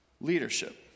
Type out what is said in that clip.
leadership